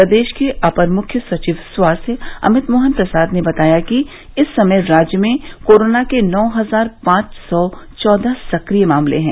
प्रदेश के अपर मुख्य सचिव स्वास्थ्य अमित मोहन प्रसाद ने बताया कि इस समय राज्य में कोरोना के नौ हजार पांच सौ चौदह सक्रिय मामले हैं